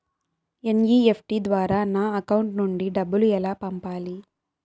NEFT ద్వారా నా account నుండి డబ్బులు ఎలా పంపాలి